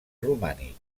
romànic